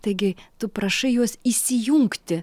taigi tu prašai juos įsijungti